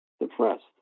depressed